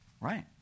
right